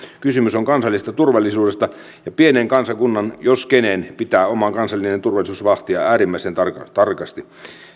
kysymys on kansallisesta turvallisuudesta ja pienen kansakunnan jos kenen pitää oma kansallinen turvallisuutensa vahtia äärimmäisen tarkasti